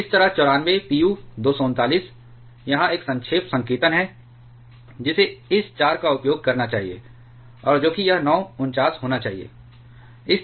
इसी तरह 94 Pu 239 यह एक संक्षेप संकेतन है जिसे इस 4 का उपयोग करना चाहिए और जो कि यह 9 49 होना चाहिए